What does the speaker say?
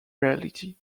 reality